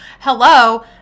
hello